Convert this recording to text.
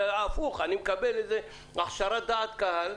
הפוך, אני מקבל איזו הכשרת דעת קהל